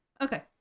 Okay